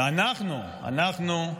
ואנחנו, אנחנו,